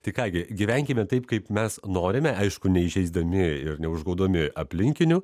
tai ką gi gyvenkime taip kaip mes norime aišku neįžeisdami ir neužgaudami aplinkinių